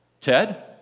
Ted